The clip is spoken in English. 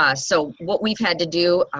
ah so what we've had to do.